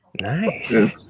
Nice